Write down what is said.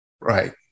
Right